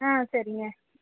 ஆ சரிங்க